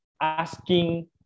asking